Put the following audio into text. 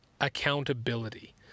accountability